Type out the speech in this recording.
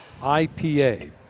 ipa